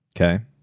okay